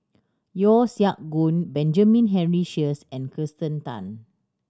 Yeo Siak Goon Benjamin Henry Sheares and Kirsten Tan